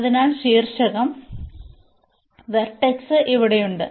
അതിനാൽ ശീർഷകം ഇവിടെയുണ്ട്